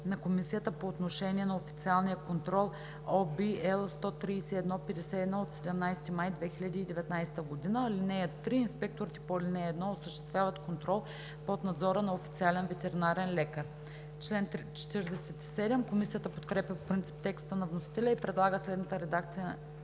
на Комисията по отношение на официалния контрол (OB, L 131/51 от 17 май 2019 г.). (3) Инспекторите по ал. 1 осъществяват контрол под надзора на официален ветеринарен лекар.“ Комисията подкрепя по принцип текста на вносителя и предлага следната редакция на